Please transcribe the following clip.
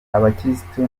abakirisitu